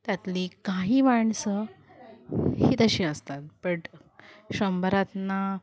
त्यातली काही माणसं ही तशी असतात बट शंभरातनं